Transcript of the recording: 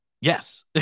yes